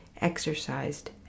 exercised